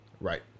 Right